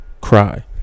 Cry